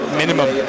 minimum